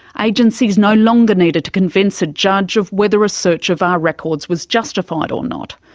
agencies no longer needed to convince a judge of whether a search of our records was justified or not.